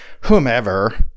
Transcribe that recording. whomever